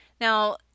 Now